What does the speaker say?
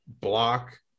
block